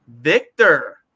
Victor